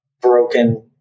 broken